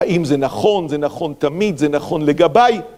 האם זה נכון? זה נכון תמיד? זה נכון לגביי?